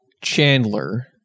Chandler